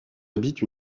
habite